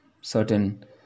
certain